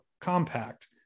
Compact